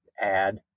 add